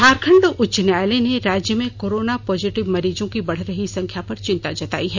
झारखंड उच्च न्यायालय ने राज्य में कोरोना पॉजिटिव मरीजों की बढ़ रही संख्या पर चिंता जताई है